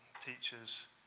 teachers